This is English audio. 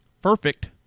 Perfect